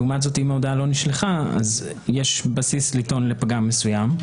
לעומת זאת אם ההודעה לא נשלחה יש בסיס לטעון לפגם מסוים.